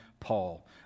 Paul